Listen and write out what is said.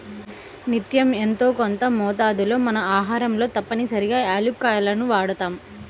నిత్యం యెంతో కొంత మోతాదులో మన ఆహారంలో తప్పనిసరిగా యాలుక్కాయాలను వాడతాం